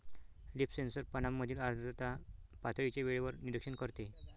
leaf sensor पानांमधील आर्द्रता पातळीचे वेळेवर निरीक्षण करते